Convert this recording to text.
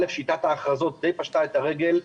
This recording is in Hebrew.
שיטת ההכרזות די פשטה את הרגל,